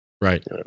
Right